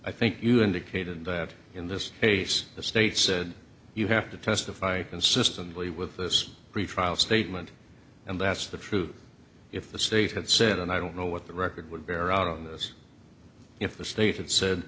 i think you indicated that in this case the states you have to testify consistently with this pretrial statement and that's the truth if the state had said and i don't know what the record would bear out of this if the stated said